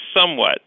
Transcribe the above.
somewhat